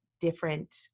different